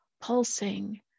pulsing